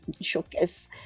showcase